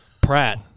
Pratt